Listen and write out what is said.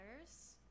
others